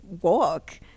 walk